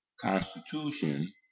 constitution